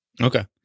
Okay